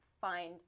find